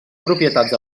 propietats